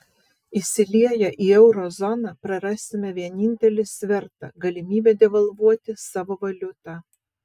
įsilieję į euro zoną prarasime vienintelį svertą galimybę devalvuoti savo valiutą